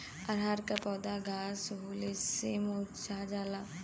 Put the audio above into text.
रहर क पौधा घास होले से मूरझा जाला